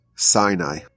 Sinai